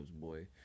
boy